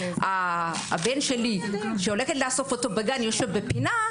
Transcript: שהבן שלי יושב בפינה,